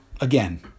Again